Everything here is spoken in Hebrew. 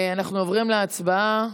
אנחנו עוברים להצבעה,